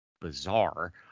bizarre